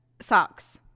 socks